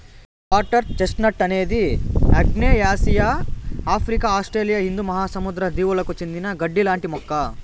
water chestnut అనేది ఆగ్నేయాసియా, Africa, Australia హిందూ మహాసముద్ర దీవులకు చెందిన గడ్డి లాంటి మొక్క